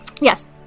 Yes